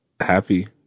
happy